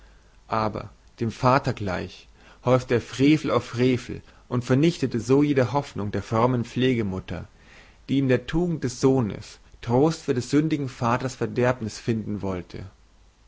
aber dem vater gleich häufte er frevel auf frevel und vernichtete so jede hoffnung der frommen pflegemutter die in der tugend des sohnes trost für des sündigen vaters verderbnis finden wollte